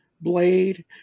blade